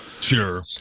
sure